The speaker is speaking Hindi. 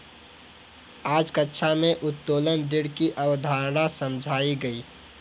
आज कक्षा में उत्तोलन ऋण की अवधारणा समझाई गई